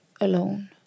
alone